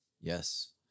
Yes